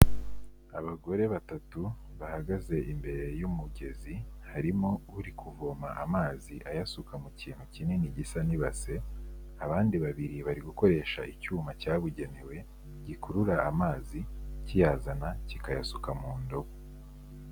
Abagore batatu bahagaze imbere y'umugezi, harimo uri kuvoma amazi ayasuka mu kintu kinini gisa n'ibase, abandi babiri bari gukoresha icyuma cyabugenewe gikurura amazi, kiyazana kikayasuka mu ndobo.